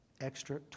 extra